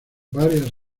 varias